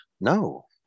No